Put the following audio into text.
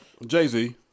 Jay-Z